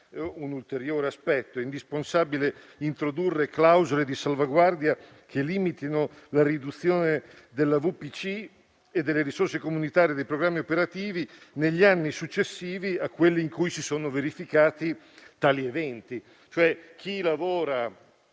un ulteriore aspetto. È indispensabile introdurre clausole di salvaguardia che limitino la riduzione della VPC e delle risorse comunitarie dei programmi operativi negli anni successivi a quelli in cui si sono verificati tali eventi: